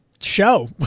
show